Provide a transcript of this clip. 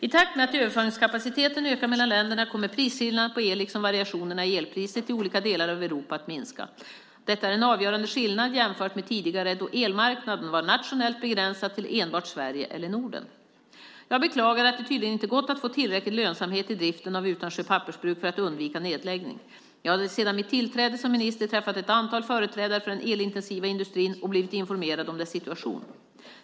I takt med att överföringskapaciteten ökar mellan länderna kommer prisskillnaderna på el liksom variationerna i elpriset i olika delar av Europa att minska. Detta är en avgörande skillnad jämfört med tidigare då elmarknaden var nationellt begränsad till enbart Sverige eller Norden. Jag beklagar att det tydligen inte gått att få tillräcklig lönsamhet i driften av Utansjö pappersbruk för att undvika nedläggning. Jag har sedan mitt tillträde som minister träffat ett antal företrädare för den elintensiva industrin och blivit informerad om dess situation.